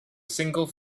single